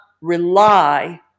rely